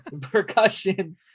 Percussion